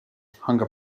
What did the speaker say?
hunger